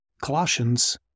Colossians